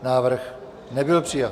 Návrh nebyl přijat.